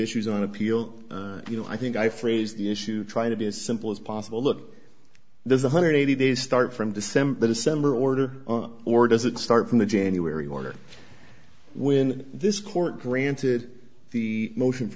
issues on appeal you know i think i phrased the issue trying to be as simple as possible look there's one hundred and eighty dollars days start from december december order or does it start from the january order when this court granted the motion for